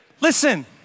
Listen